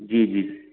जी जी